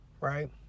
right